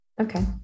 Okay